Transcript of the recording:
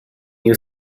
you